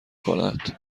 کند